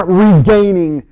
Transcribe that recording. regaining